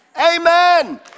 amen